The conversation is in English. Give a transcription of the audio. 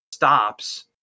Stops